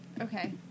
okay